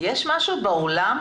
יש משהו בעולם,